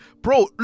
Bro